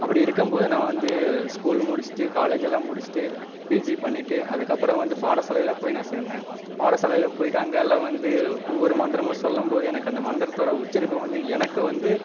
அப்படி இருக்கும்போது நான் வந்து ஸ்கூல் முடிச்சிட்டு காலேஜெல்லாம் முடிச்சிட்டு பிஜி பண்ணிட்டு அதுக்கப்புறம் வந்து பாடசாலையில போய் நான் சேர்ந்தேன் பாடசாலையில போய்ட்டு அங்கே எல்லாம் வந்து ஒவ்வொரு மந்திரமும் சொல்லும்போது எனக்கு அந்த மந்திரத்தோட உச்சரிப்பு வந்து எனக்கு வந்து